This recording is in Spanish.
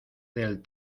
del